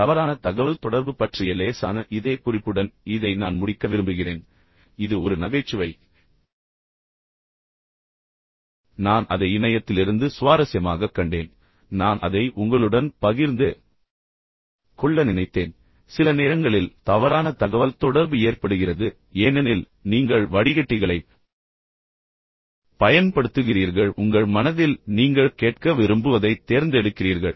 தவறான தகவல்தொடர்பு பற்றிய லேசான இதயக் குறிப்புடன் இதை நான் முடிக்க விரும்புகிறேன் இது ஒரு நகைச்சுவை மற்றும் நான் அதை இணையத்திலிருந்து சுவாரஸ்யமாகக் கண்டேன் நான் அதை உங்களுடன் பகிர்ந்து கொள்ள வேண்டும் என்று நினைத்தேன் சில நேரங்களில் தவறான தகவல்தொடர்பு ஏற்படுகிறது ஏனெனில் நீங்கள் வடிகட்டிகளைப் பயன்படுத்துகிறீர்கள் உங்கள் மனதில் நீங்கள் கேட்க விரும்புவதைத் தேர்ந்தெடுக்கிறீர்கள்